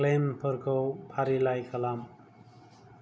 क्लेइमफोरखौ फारिलाइ खालाम